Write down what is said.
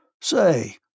Say